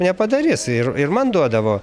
nepadarys ir ir man duodavo